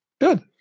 good